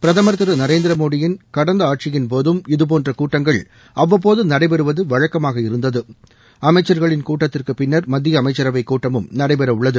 பிரதமர் திரு நரேந்திரமோடியின் கடந்த ஆட்சியின் போதும் இதுபோன்ற கூட்டங்கள் அவ்வப்போது நடைபெறுவது வழக்கமாக இருந்தது அமைச்சர்களின் கூட்டத்திற்குப் பின்னர் மத்திய அமைச்சரவைக் கூட்டமும் நடைபெற உள்ளது